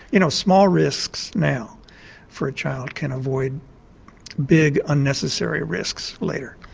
you know small risks now for a child can avoid big unnecessary risks later.